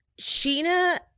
Sheena